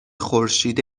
خورشید